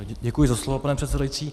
Děkuji za slovo, pane předsedající.